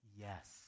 Yes